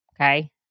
okay